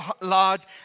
large